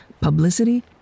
publicity